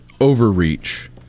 overreach